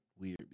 weird